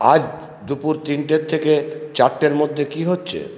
আজ দুপুর তিনটে থেকে চারটের মধ্যে কি হচ্ছে